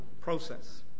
process